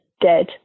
dead